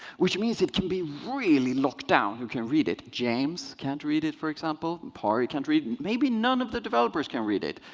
which means it can be really locked down, who can read it. james can't read it, for example. pari can't read it. and maybe none of the developers can read it.